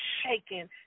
shaking